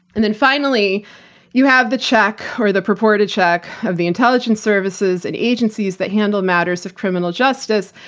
and then, finally you have the check, or the purported check of the intelligence services and agencies that handle matters of criminal justice,